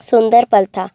सुन्दर पल था